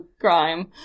crime